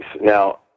Now